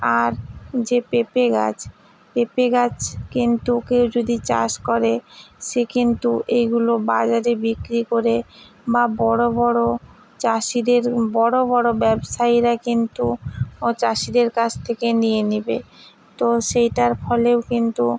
আর যে পেঁপে গাছ পেঁপে গাছ কিন্তু কেউ যদি চাষ করে সে কিন্তু এইগুলো বাজারে বিক্রি করে বা বড়ো বড়ো চাষিদের বড়ো বড়ো ব্যবসায়ীরা কিন্তু ও চাষিদের কাছ থেকে নিয়ে নিবে তো সেইটার ফলেও কিন্তু